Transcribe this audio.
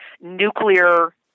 nuclear